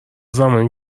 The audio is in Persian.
زمانی